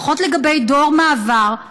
לפחות לגבי דור מעבר,